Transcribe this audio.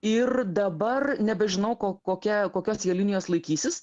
ir dabar nebežinau ko kokia kokios jie linijos laikysis